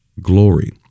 glory